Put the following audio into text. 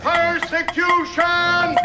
Persecution